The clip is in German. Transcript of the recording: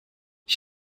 ich